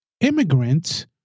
immigrants